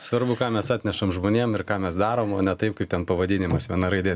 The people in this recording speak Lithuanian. svarbu ką mes atnešam žmonėm ir ką mes darom o ne taip kaip ten pavadinimas viena raidė